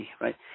right